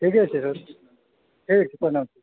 देखै छी सर ठीक प्रणाम